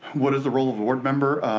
what is the role of a board member?